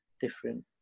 different